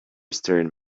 stern